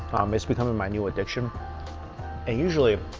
it's becoming my new addiction and usually